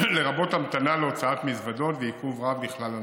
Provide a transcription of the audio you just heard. לרבות המתנה להוצאת מזוודות ועיכוב רב לכלל הנוסעים.